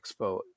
expo